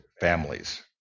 families